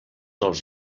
els